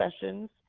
sessions